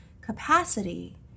capacity